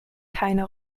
keine